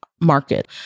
market